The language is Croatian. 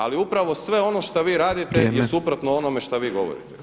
Ali upravo sve ono što vi radite je suprotno onome što vi govorite.